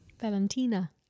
valentina